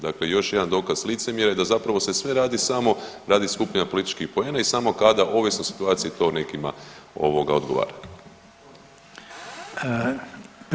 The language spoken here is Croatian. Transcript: Dakle, još jedan dokaz licemjerja, da zapravo se sve radi samo radi skupljanja političkih poena i samo kada ovisno o situaciji to nekima odgovara.